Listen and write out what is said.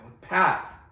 Pat